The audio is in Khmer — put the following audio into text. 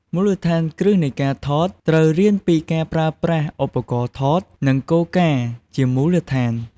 មូលដ្ឋានគ្រឹះនៃការថត ត្រូវរៀនពីការប្រើប្រាស់ឧបករណ៍ថត និងគោលការណ៍ជាមូលដ្ឋាន។